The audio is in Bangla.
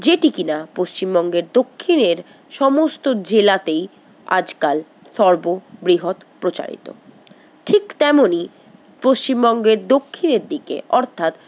যেটি কিনা পশ্চিমবঙ্গের দক্ষিণের সমস্ত জেলাতেই আজকাল সর্ব বৃহৎ প্রচারিত ঠিক তেমনই পশ্চিমবঙ্গের দক্ষিণের দিকে অর্থাৎ